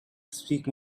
speak